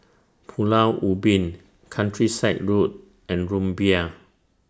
Pulau Ubin Countryside Road and Rumbia